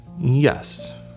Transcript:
Yes